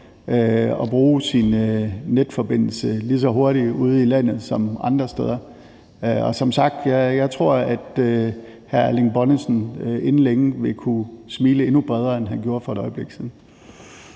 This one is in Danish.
og bruge sin netforbindelse lige så hurtigt ude i landet som andre steder. Som sagt tror jeg, at hr. Erling Bonnesen inden længe vil kunne smile endnu bredere, end han gjorde for et øjeblik siden.